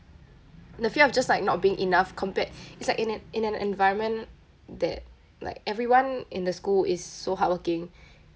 the fear of just like not being enough compared it's like in an in an environment that like everyone in the school is so hardworking